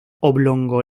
oblongo